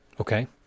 okay